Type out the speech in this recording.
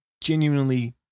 genuinely